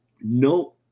no